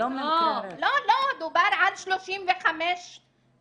לא, דובר עד 35 נשים